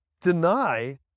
deny